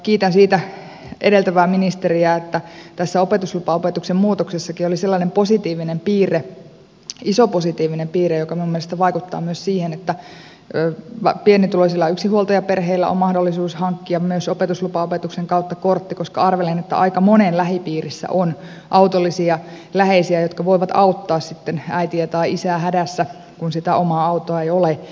kiitän siitä edeltävää ministeriä että tässä opetuslupaopetuksen muutoksessakin oli sellainen positiivinen piirre iso positiivinen piirre joka minun mielestä vaikuttaa myös siihen että pienituloisilla yksinhuoltajaperheillä on mahdollisuus hankkia myös opetuslupaopetuksen kautta kortti koska arvelen että aika monen lähipiirissä on autollisia läheisiä jotka voivat auttaa sitten äitiä tai isää hädässä kun sitä omaa autoa ei ole